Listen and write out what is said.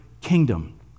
kingdom